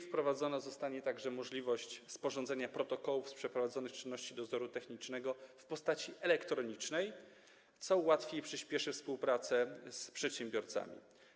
Wprowadzona zostanie także możliwość sporządzenia protokołów z przeprowadzonych czynności dozoru technicznego w postaci elektronicznej, co ułatwi i przyspieszy współpracę z przedsiębiorcami.